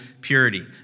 purity